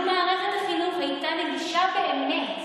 לו מערכת החינוך הייתה נגישה באמת,